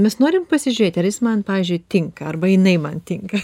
mes norim pasižiūrėti ar jis man pavyzdžiui tinka arba jinai man tinka